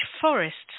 forests